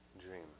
dream